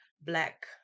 black